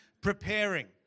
preparing